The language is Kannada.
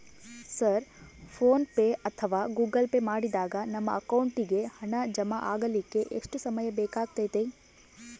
ಸರ್ ಫೋನ್ ಪೆ ಅಥವಾ ಗೂಗಲ್ ಪೆ ಮಾಡಿದಾಗ ನಮ್ಮ ಅಕೌಂಟಿಗೆ ಹಣ ಜಮಾ ಆಗಲಿಕ್ಕೆ ಎಷ್ಟು ಸಮಯ ಬೇಕಾಗತೈತಿ?